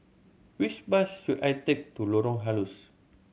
which bus should I take to Lorong Halus